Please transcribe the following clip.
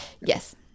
Yes